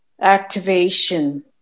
activation